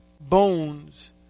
bones